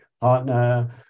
partner